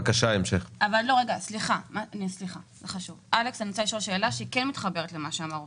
אני רוצה לשאול שאלה שהיא כן מתחברת למה שאמר אופיר.